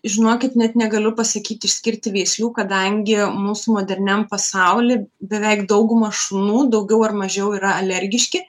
žinokit net negaliu pasakyt išskirti veislių kadangi mūsų moderniam pasauly beveik dauguma šunų daugiau ar mažiau yra alergiški